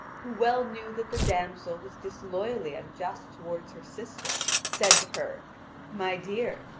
who well knew that the damsel was disloyally unjust toward her sister, said to her my dear,